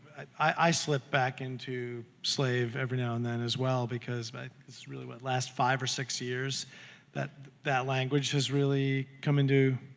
i slip back into slave every now and then as well because it's really, what, last five or six years that that language has really come into